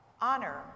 honor